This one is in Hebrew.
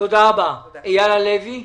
תודה רבה, אייל הלוי,